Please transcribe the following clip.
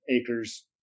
acres